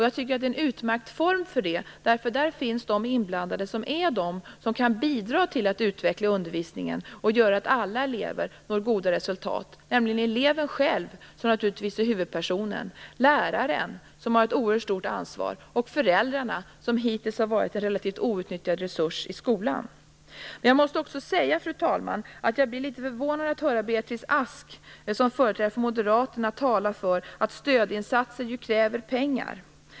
Jag tycker att det är en utmärkt form för det, därför att där finns de inblandade som kan bidra till att utveckla undervisningen och göra att alla elever uppnår goda resultat, nämligen eleven själv, som naturligtvis är huvudpersonen, läraren, som har ett oerhört stort ansvar, och föräldrarna, som hittills har varit en relativt outnyttjad resurs i skolan. Men jag måste också säga, fru talman, att jag blir litet förvånad över att höra Beatrice Ask som företrädare för Moderaterna tala för att stödinsatser ju kräver pengar.